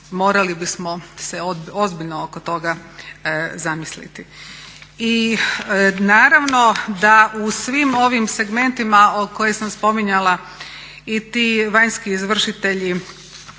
Morali bismo se ozbiljno oko toga zamisliti. I naravno da u svim ovim segmentima koje sam spominjala i ti vanjski izvršitelji,